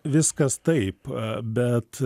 viskas taip bet